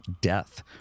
death